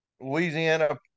Louisiana